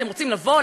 אתם רוצים לבוא,